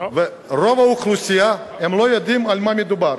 רוב האוכלוסייה, הם לא יודעים על מה מדובר.